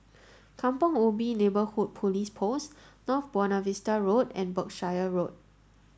Kampong Ubi Neighbourhood Police Post North Buona Vista Road and Berkshire Road